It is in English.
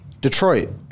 Detroit